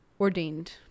ordained